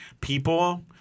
people